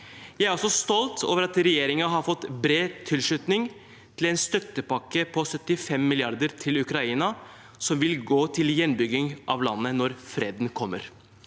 Jeg er også stolt over at regjeringen har fått bred tilslutning til en støttepakke på 75 mrd. kr til Ukraina som vil gå til gjenoppbygging av landet når freden kommer.